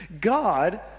God